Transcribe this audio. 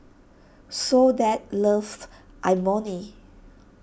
Soledad loves Imoni